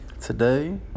Today